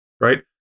right